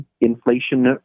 inflation